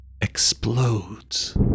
explodes